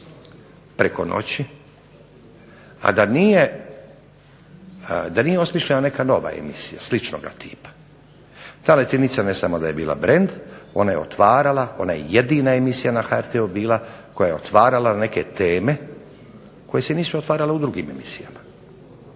preko noći, a da nije, da nije osmišljena neka nova emisija, sličnoga tipa. Ta "Latinica" ne samo da je bila brend, ona je otvarala, ona je jedina emisija na HRT-u bila koja je otvarala neke teme koje se nisu otvarale u drugim emisijama.